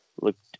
looked